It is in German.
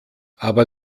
aber